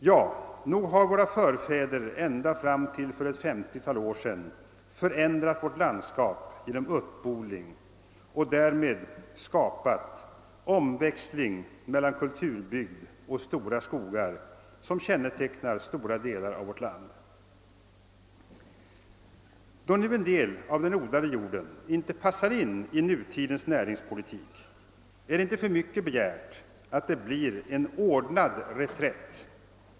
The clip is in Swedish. Ja, nog har våra förfäder ända fram till för ett 50-tal år sedan förändrat vårt landskap genom uppodling och därmed skapat den omväxling mellan kulturbygd och stora skogar som kännetecknar stora delar av vårt land. Då nu en del av den odlade jorden inte passar in i nutidens näringspolitik, är det inte för mycket begärt att det blir en ordnad reträtt.